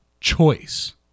choice